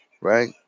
right